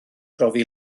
brofi